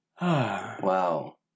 Wow